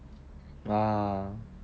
ya